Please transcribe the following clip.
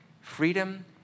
freedom